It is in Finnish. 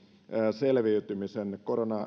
selviytymisen